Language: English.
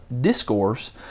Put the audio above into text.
discourse